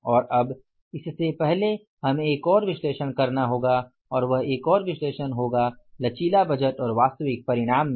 और अब इससे पहले हमें एक और विश्लेषण करना होगा और वह एक और विश्लेषण होगा लचीला बजट और वास्तविक परिणाम में